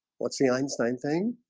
what's the einstein thing?